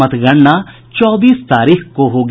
मतगणना चौबीस तारीख को होगी